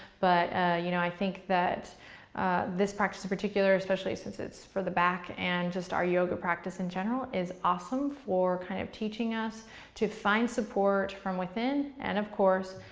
but you know i think that this practice in particular, especially since it's for the back, and just our yoga practice in general is awesome for kind of teaching us to find support from within and of course,